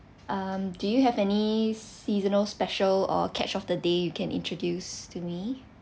um do you have any seasonal special or catch of the day you can introduce to me